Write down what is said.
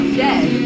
dead